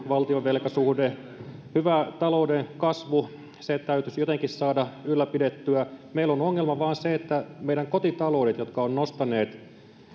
valtion velkasuhde taittuu hyvä talouden kasvu täytyisi jotenkin saada ylläpidettyä meillä on ongelmana vain se että meidän kotitaloudet jotka ovat nostaneet